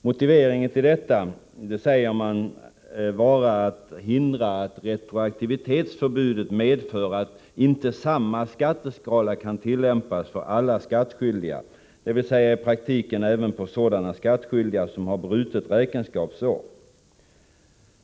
Motiveringen till detta säger man vara att förhindra att retroaktivitetsförbudet medför att inte samma skatteskala kan tillämpas för alla skattskyldiga, dvs. i praktiken även på sådana skattskyldiga som har brutet räkenskapsår.